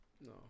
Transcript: No